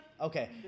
Okay